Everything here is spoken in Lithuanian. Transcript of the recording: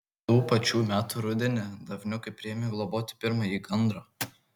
tų pačių metų rudenį davniukai priėmė globoti pirmąjį gandrą